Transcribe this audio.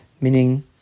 Meaning